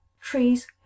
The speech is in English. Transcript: trees